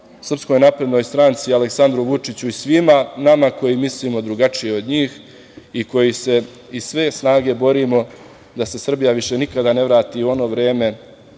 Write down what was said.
mržnju prema SNS, Aleksandru Vučiću i svima nama koji mislimo drugačije od njih i koji se iz sve snage borimo da se Srbija više nikada ne vrati u ono vreme